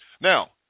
Now